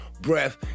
breath